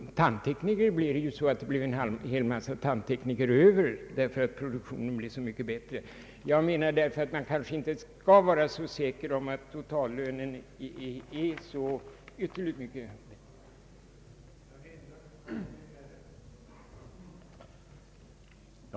Det blev t.o.m. en hel del tandtekniker över på grund av att produktionen blev så mycket bättre. Jag menar alltså att man inte skall vara så säker på att totallönen blir så mycket mera fördelaktig.